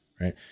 right